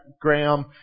Graham